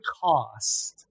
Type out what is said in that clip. cost